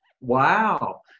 Wow